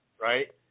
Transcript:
right